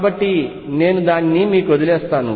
కాబట్టి నేను దానిని మీకు వదిలివేస్తాను